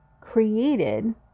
created